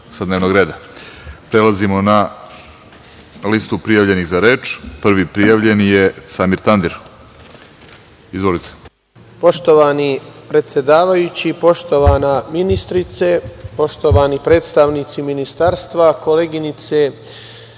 reda. Prelazimo na listu prijavljenih za reč. Prvi prijavljeni je Samir Tandir. Izvolite.